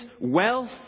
wealth